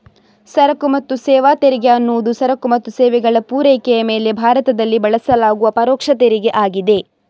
ಸರಕು ಮತ್ತು ಸೇವಾ ತೆರಿಗೆ ಅನ್ನುದು ಸರಕು ಮತ್ತು ಸೇವೆಗಳ ಪೂರೈಕೆಯ ಮೇಲೆ ಭಾರತದಲ್ಲಿ ಬಳಸಲಾಗುವ ಪರೋಕ್ಷ ತೆರಿಗೆ ಆಗಿದೆ